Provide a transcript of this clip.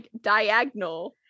diagonal